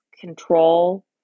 control